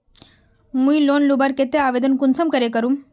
मुई लोन लुबार केते आवेदन कुंसम करे करूम?